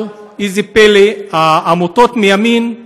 אבל איזה פלא, העמותות מימין,